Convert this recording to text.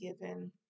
given